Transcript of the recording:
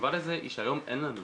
התשובה לזה היא שהיום אין לנו.